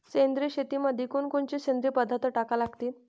सेंद्रिय शेतीमंदी कोनकोनचे सेंद्रिय पदार्थ टाका लागतीन?